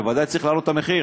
בוודאי צריך להעלות את המחיר.